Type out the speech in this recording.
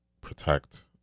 protect